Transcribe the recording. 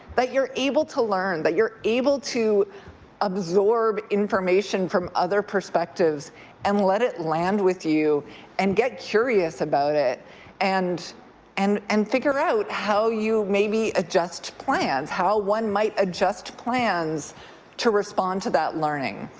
you're able to learn, that you're able to absorb information from other perspectives and let it land with you and get curious about it and and and figure out how you maybe adjust plans, how one might adjust plans to respond to that learning.